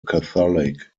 catholic